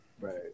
Right